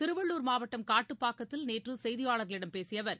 திருவள்ளுர் மாவட்டம் காட்டுப்பாக்கத்தில் நேற்று செய்தியாளர்களிடம் பேசிய அவர்